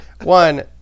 One